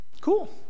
cool